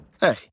Hey